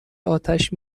آتش